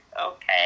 okay